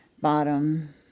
bottom